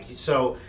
so,